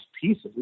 pieces